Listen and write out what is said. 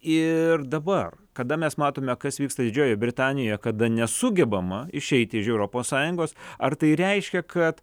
ir dabar kada mes matome kas vyksta didžiojoje britanijoje kada nesugebama išeiti iš europos sąjungos ar tai reiškia kad